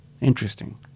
Interesting